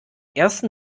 ersten